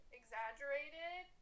exaggerated